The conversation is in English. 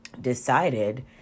decided